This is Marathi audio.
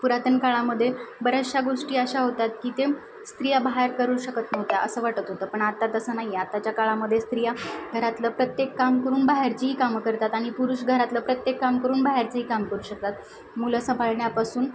पुरातन काळामध्ये बऱ्याचशा गोष्टी अशा होतात की ते स्त्रिया बाहेर करू शकत नव्हत्या असं वाटत होतं पण आता तसं नाही आहे आताच्या काळामध्ये स्त्रिया घरातलं प्रत्येक काम करून बाहेरचीही कामं करतात आणि पुरुष घरातलं प्रत्येक काम करून बाहेरचेही काम करू शकतात मुलं सांभाळण्यापासून